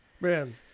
Man